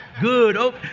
Good